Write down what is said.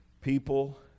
People